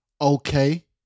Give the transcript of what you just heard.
Okay